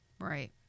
Right